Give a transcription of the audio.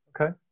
Okay